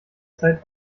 zeit